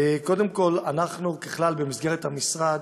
קודם כול, אנחנו, ככלל, במסגרת המשרד,